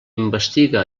investiga